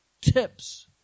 tips